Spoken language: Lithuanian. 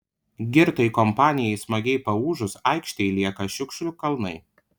girtai kompanijai smagiai paūžus aikštėj lieka šiukšlių kalnai